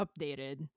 updated